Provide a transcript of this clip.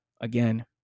again